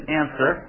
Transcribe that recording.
answer